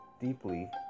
deeply